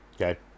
Okay